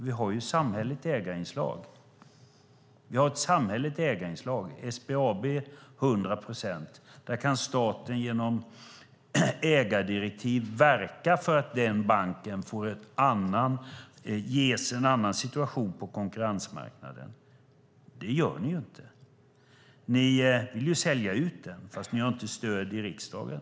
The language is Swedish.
Vi har ett samhälleligt ägarinslag, som är 100 procent i SBAB, och där kan staten genom ägardirektiv verka för att den banken ges en annan situation på konkurrensmarknaden. Det gör ni inte. Ni vill sälja ut den, fast ni har inte stöd i riksdagen.